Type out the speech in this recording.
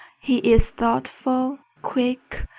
he is thoughtful, quick,